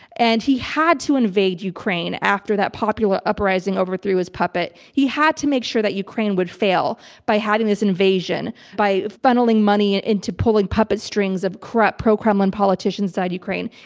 and he had to invade ukraine after that popular uprising overthrew his puppet. he had to make sure that ukraine would fail by having this invasion, by funneling money and into pulling puppet strings of corrupt pro-kremlin politician's inside ukraine.